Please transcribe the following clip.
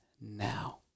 now